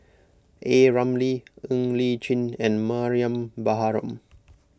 A Ramli Ng Li Chin and Mariam Baharom